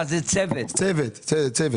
צוות.